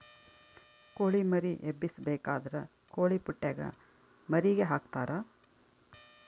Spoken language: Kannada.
ಕೊಳಿ ಮರಿ ಎಬ್ಬಿಸಬೇಕಾದ್ರ ಕೊಳಿಪುಟ್ಟೆಗ ಮರಿಗೆ ಹಾಕ್ತರಾ